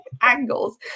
angles